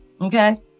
Okay